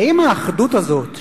האם האחדות הזו,